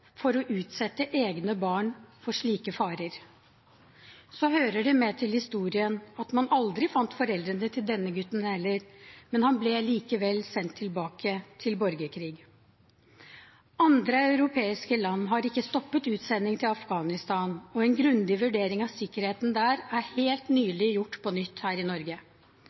for å utsette egne barn for slike farer. Så hører det med til historien at man aldri fant foreldrene til denne gutten heller, men han ble likevel sendt tilbake til borgerkrig. Andre europeiske land har ikke stoppet utsending til Afghanistan, og en grundig vurdering av sikkerheten der er helt nylig gjort på nytt her i Norge.